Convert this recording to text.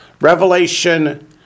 Revelation